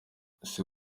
ese